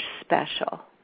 Special